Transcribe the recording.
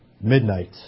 midnight